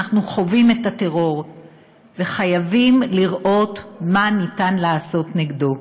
אנחנו חווים את הטרור וחייבים לראות מה אפשר לעשות נגדו.